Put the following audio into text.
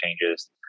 changes